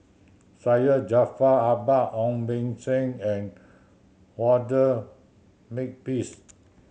Syed Jaafar Albar Ong Beng Seng and Walter Makepeace